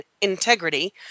Integrity